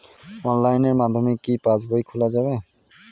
অনলাইনের মাধ্যমে কি পাসবই খোলা যাবে?